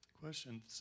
Question